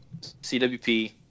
CWP